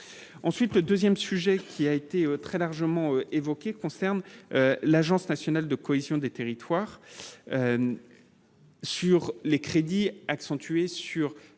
ensuite le 2ème, sujet qui a été très largement évoquée concerne l'agence nationale de cohésion des territoires sur les crédits accentué sur